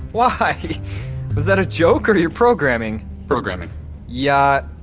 why? was that a joke or your programming? programming yeah,